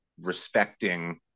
respecting